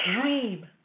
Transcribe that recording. dream